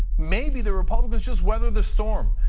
maybe the republicans just weathered the storm,